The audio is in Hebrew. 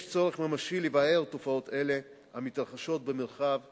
יש צורך ממשי לבער תופעות אלה המתרחשות במרחב הציבורי.